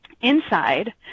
Inside